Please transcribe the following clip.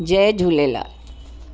Jay Jhulelal